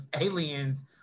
aliens